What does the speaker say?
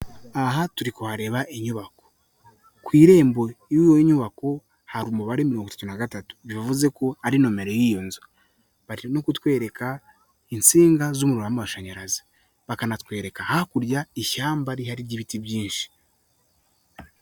Aha turi kuhareba inyubako ku irembo y'iyi nyubako hari umubare mirongo itatu na gatatu bivuzeko ari nomero y'iyo nzu, bari no kutwereka insinga z'umuriro w'amamashanyarazi, bakanatwereka hakurya ishyamba rihari ry'ibiti byinshi.